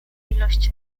ilość